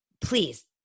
please